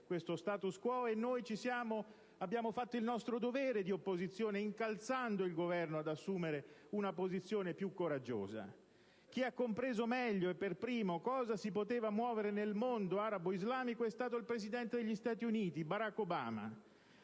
questo *status quo*, e noi abbiamo fatto il nostro dovere di opposizione, incalzando il Governo ad assumere una posizione più coraggiosa. Chi ha compreso meglio e per primo cosa si poteva muovere nel mondo arabo-islamico è stato il presidente degli Stati Uniti, Barack Obama,